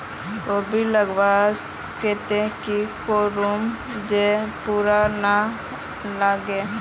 कोबी लगवार केते की करूम जे पूका ना लागे?